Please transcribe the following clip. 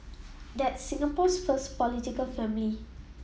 that's Singapore's first political family